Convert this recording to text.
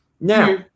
Now